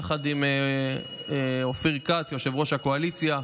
יחד עם אופיר כץ, יושב-ראש הקואליציה.